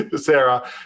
Sarah